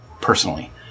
personally